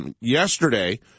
yesterday